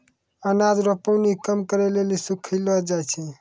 अनाज रो पानी कम करै लेली सुखैलो जाय छै